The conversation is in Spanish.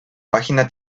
página